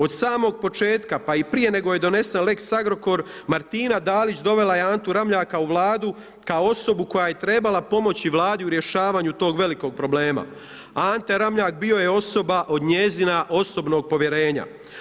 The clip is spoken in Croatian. Od samog početka pa i prije nego je donesen lex Agrokor Martina Dalić dovela je Antu Ramljaka u Vladu kao osobu koja je trebala pomoći Vladi u rješavanju tog velikog problema, a Ante Ramljak bio je osoba od njezina osobnog povjerenja.